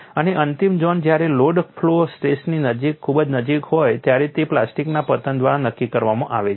અને અંતિમ ઝોન જ્યારે લોડ ફ્લો સ્ટ્રેસની ખૂબ જ નજીક હોય છે ત્યારે તે પ્લાસ્ટિકના પતન દ્વારા નક્કી કરવામાં આવે છે